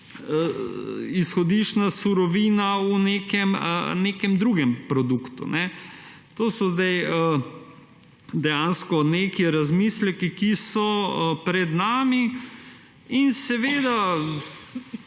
izhodiščna surovina v nekem drugem produktu. To so zdaj dejansko neki razmisleki, ki so pred nami. In, seveda,